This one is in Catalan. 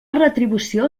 retribució